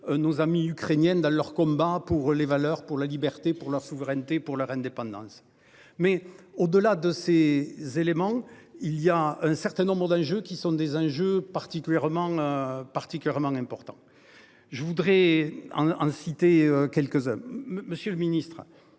nos amis ukrainienne dans leur combat pour les valeurs pour la liberté pour leur souveraineté pour leur indépendance. Mais au-delà de ces éléments, il y a un certain nombre d'enjeux qui sont des enjeux particulièrement. Particulièrement important. Je voudrais en citer quelques-uns. Monsieur le Ministre.